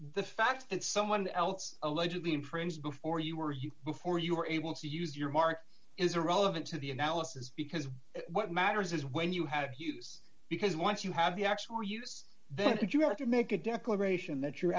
the fact that someone else allegedly infringed before you were you before you were able to use your heart is irrelevant to the analysis because what matters is when you have use because once you have the actual use then would you have to make a declaration that you're